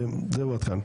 זהו עד כאן.